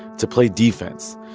to play defense.